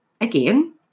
again